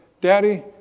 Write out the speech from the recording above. Daddy